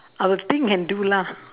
I will think and do lah